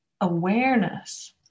awareness